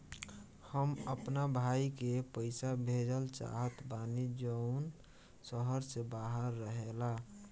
हम अपना भाई के पइसा भेजल चाहत बानी जउन शहर से बाहर रहेला